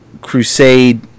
crusade